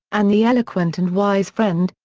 and the eloquent and wise friend,